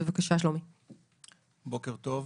בוקר טוב.